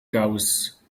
goes